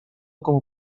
como